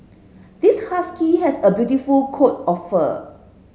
this husky has a beautiful coat of fur